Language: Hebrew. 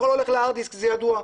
הכול הולך ל-הארד דיסק וזה ידוע.